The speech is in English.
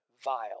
vile